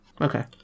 Okay